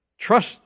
Trust